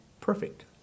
perfect